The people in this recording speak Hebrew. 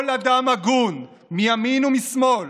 כל אדם הגון מימין ומשמאל,